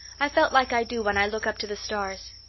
i felt like i do when i look up to the stars.